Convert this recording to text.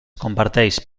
comparteix